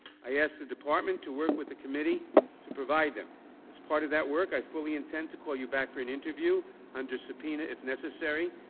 i asked the department to work with the committee to provide them as part of that work. i fully intend to call you back for an interview under subpoena, if necessary.